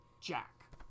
Jack